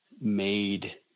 made